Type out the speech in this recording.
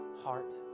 heart